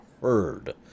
heard